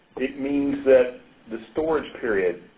it means that the storage period